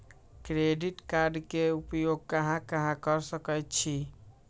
Credit card के उपयोग कहां कहां कर सकईछी?